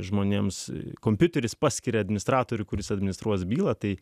žmonėms kompiuteris paskiria administratorių kuris administruos bylą tai